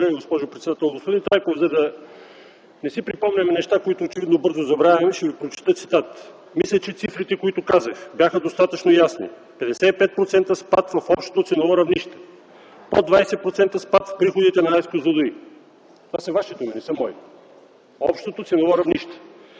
госпожо председател. Господин Трайков, за да не си припомняме неща, които очевидно бързо забравяме, ще Ви прочета цитат: „Мисля, че цифрите, които казах, бяха достатъчно ясни – 55% спад в общото ценово равнище; под 20% спад в приходите на АЕЦ „Козлодуй”. Това са Ваши думи, не са мои – „общото ценово равнище”.